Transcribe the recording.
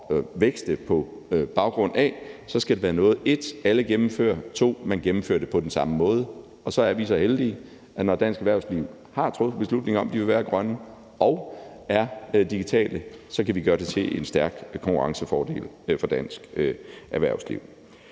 vækste på baggrund af, så skal det være noget, 1) alle gennemfører, og 2) man gennemfører på den samme måde. Og så er vi så heldige, at når dansk erhvervsliv har truffet beslutning om, at de vil være grønne, og de er digitale, så kan vi gøre det til en stærk konkurrencefordel for dansk erhvervsliv.